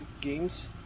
games